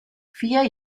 vier